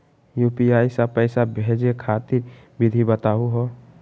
UPI स पैसा भेजै खातिर विधि बताहु हो?